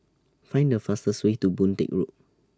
Find The fastest Way to Boon Teck Road